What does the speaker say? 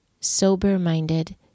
sober-minded